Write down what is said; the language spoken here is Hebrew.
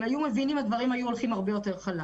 אם היו מבינים, הדברים היו הולכים הרבה יותר חלק.